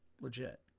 Legit